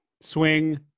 Swing